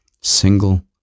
Single